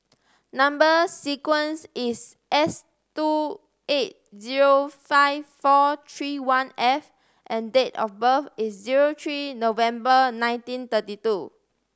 number sequence is S two eight zero five four three one F and date of birth is zero three November nineteen thirty two